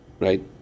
Right